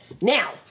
Now